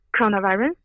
coronavirus